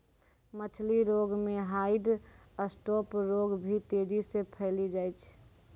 मछली रोग मे ह्वाइट स्फोट रोग भी तेजी से फैली जाय छै